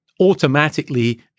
automatically